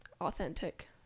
authentic